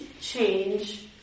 change